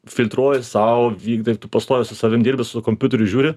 filtruoji sau vykdai ir tu pastoviai su savimi dirbi su kompiuteriu žiūri